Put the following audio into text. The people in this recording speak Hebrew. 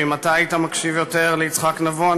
ואם אתה היית מקשיב יותר ליצחק נבון,